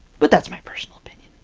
but that's my personal opinion.